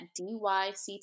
DYCT